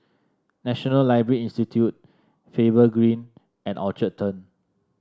National Library Institute Faber Green and Orchard Turn